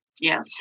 Yes